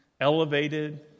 elevated